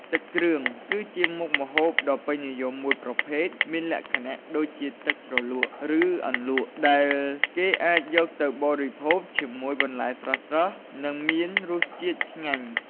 ទឹកគ្រឿង គឺជាមុខម្ហូបដ៏ពេញនិយមមួយប្រភេទមានលក្ខណៈដូចជាទឹកជ្រលក់ ឬអន្លក់ ដែលគេអាចយកទៅបរិភោគជាមួយបន្លែស្រស់ៗ និងមានរសជាតិឆ្ងាញ់។